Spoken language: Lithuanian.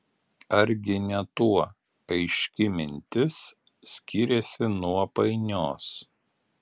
argi ne tuo aiški mintis skiriasi nuo painios